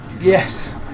Yes